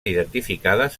identificades